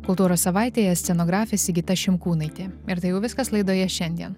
kultūros savaitėje scenografė sigita šimkūnaitė ir tai jau viskas laidoje šiandien